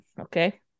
okay